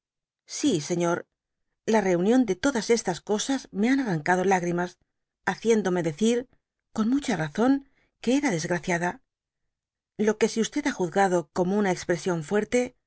sí señor la reunión de todas estas cosas me han arrancado lágrimas haciéndome decir con mucha razon qqe era desgraciada lo que si ha juzgado como una expresión fuerte